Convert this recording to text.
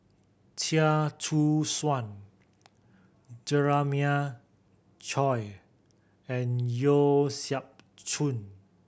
Chia Choo Suan Jeremiah Choy and Yeo Siak Goon